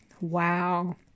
Wow